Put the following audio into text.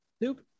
Nope